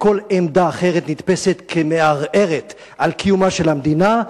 וכל עמדה אחרת נתפסת כמערערת על קיומה של המדינה,